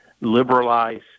liberalize